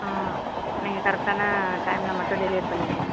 ஆ நீங்கள் கரெக்டான டைம்மில் மட்டும் டெலிவரி பண்ணிவிடுங்க